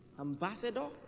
Ambassador